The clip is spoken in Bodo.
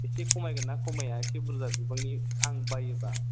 एसे खमायगोनना खमाया एसे बुरजा बिबांनि आं बायोबा